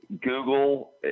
Google